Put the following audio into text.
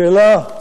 השאלה,